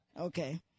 Okay